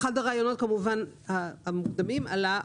אחד הרעיונות כמובן המוקדמים עלה,